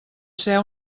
ser